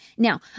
Now